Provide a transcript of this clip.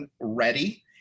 ready